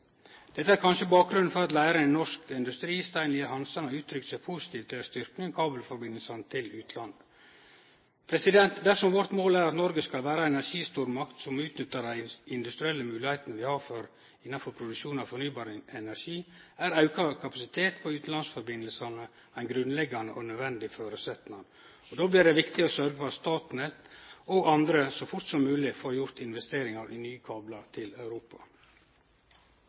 Dette er kanskje bakgrunnen for at leiaren i Norsk Industri, Stein Lier-Hansen, har uttrykt seg positivt til ei styrking av kabelsambandet til utlandet. Dersom vårt mål er at Noreg skal vere ei energistormakt som utnyttar dei industrielle moglegheitene vi har innanfor produksjon av fornybar energi, er auka kapasitet på utanlandssambandet ein grunnleggjande og nødvendig føresetnad, og då blir det viktig å sørgje for at Statnett og andre så fort som mogleg får gjort investeringar i nye kablar til Europa.